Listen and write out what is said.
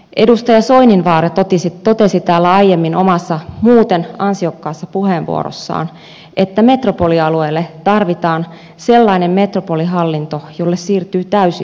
edustaja soininvaara totesi täällä aiemmin omassa muuten ansiokkaassa puheenvuorossaan että metropolialueelle tarvitaan sellainen metropolihallinto jolle siirtyy täysi verotusoikeus